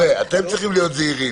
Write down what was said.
אתם צריכים להיות זהירים.